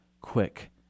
quick